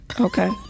Okay